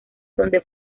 donde